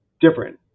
Different